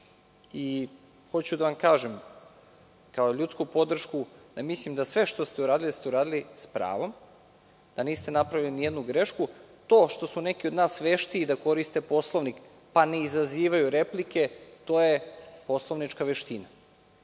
Hoću da vam kažem, kao ljudsku podršku, da mislim da sve što ste uradili, uradili ste s pravom, da niste napravili nijednu grešku. To što su neki od nas veštiji da koriste Poslovnik, pa ne izazivaju replike, to je poslovnička veština.